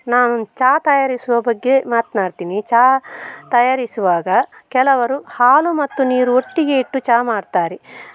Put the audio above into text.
ನಾನು ಚಹಾ ತಯಾರಿಸುವ ಬಗ್ಗೆ ಮಾತನಾಡ್ತೀನಿ ಚಹಾ ತಯಾರಿಸುವಾಗ ಕೆಲವರು ಹಾಲು ಮತ್ತು ನೀರು ಒಟ್ಟಿಗೆ ಇಟ್ಟು ಚಹಾ ಮಾಡ್ತಾರೆ